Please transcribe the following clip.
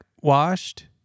washed